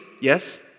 yes